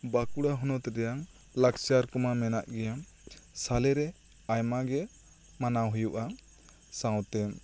ᱵᱟᱸᱠᱩᱲᱟ ᱦᱚᱱᱚᱛ ᱨᱮᱭᱟᱝ ᱞᱟᱠᱪᱟᱨ ᱠᱚᱢᱟ ᱢᱮᱱᱟᱜ ᱜᱮᱭᱟ ᱥᱟᱞᱮ ᱨᱮ ᱟᱭᱢᱟ ᱜᱮ ᱢᱟᱱᱟᱣ ᱦᱩᱭᱩᱜᱼᱟ ᱥᱟᱶᱛᱮ